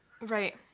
Right